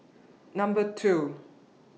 Number two